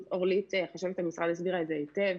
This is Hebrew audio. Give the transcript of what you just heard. ואורלית שאוליאן, חשבת המשרד, הסבירה את זה היטב